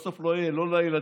ובסוף לא יהיה לא לילדים,